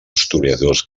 historiadors